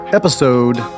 episode